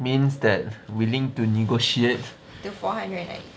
means that willing to negotiate with four hundred and ninety eight